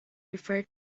referred